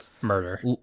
murder